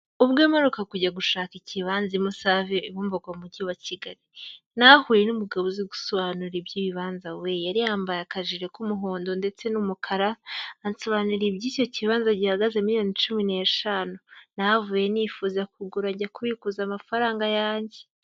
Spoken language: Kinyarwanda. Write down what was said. Ubwo mperuka kujya gushaka ikibanza i Musave i Bumbogo Umujyi wa Kigali, nahahuriye n'umugabo uzi gusobanura iby'ibibanza we! Yari yambaye akajire k'umuhondo ndetse n'umukara, ansobanurira iby'icyo kibazo gihagaze miliyoni cumi n'eshanu, nahavuye nifuza kugura njya kubikuza amafaranga yanjye!